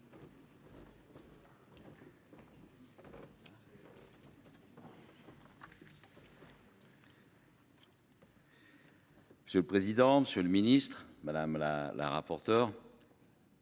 Monsieur le président, monsieur le ministre délégué, madame la rapporteure,